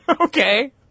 Okay